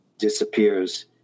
Disappears